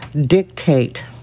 dictate